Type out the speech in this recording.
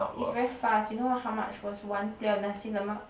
it's very fast you know how much was one plate of Nasi-Lemak